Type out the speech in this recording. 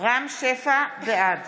בעד